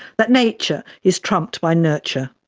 that nature is trumped by nurture.